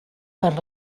per